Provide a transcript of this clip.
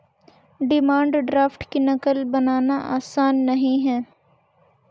demand draft की नक़ल बनाना आसान नहीं है